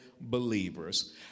believers